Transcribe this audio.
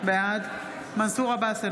בעד מנסור עבאס,